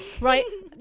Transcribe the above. Right